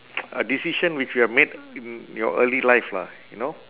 a decision which you have made in your early life lah you know